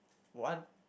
what